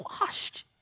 washed